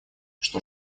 что